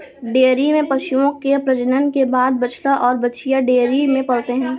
dairy में पशुओं के प्रजनन के बाद बछड़ा और बाछियाँ डेयरी में पलते हैं